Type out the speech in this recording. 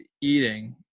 eating